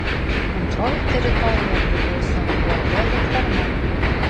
antroji teritorija priklauso uab luktarna